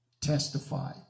testify